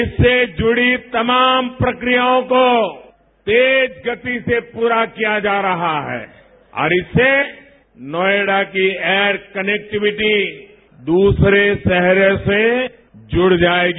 इससे जूड़ी तमाम प्रक्रियाओं को तेज गति से पूरा किया जा रहा है और इससे नोएडा की एयर कनेक्टिवीटी दूसरे शहर से जुड़ जाएगी